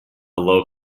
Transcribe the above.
low